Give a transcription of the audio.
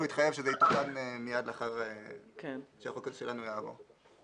הוא התחייב שזה יתוקן מייד לאחר שהחוק שלנו יעבור.